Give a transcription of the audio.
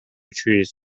trees